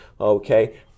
okay